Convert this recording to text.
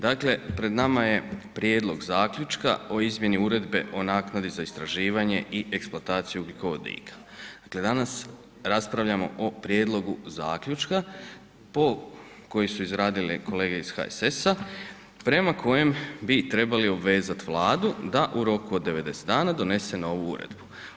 Dakle, pred nama je Prijedlog zaključka o izmjeni Uredbe o naknadi za istraživanje i eksploataciju ugljikovodika, dakle danas raspravljamo o Prijedlogu zaključka po, koji su izradile kolege iz HSS-a, prema kojem bi trebali obvezat Vladu da u roku od 90 dana donese novu uredbu.